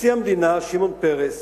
נשיא המדינה שמעון פרס,